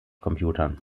computern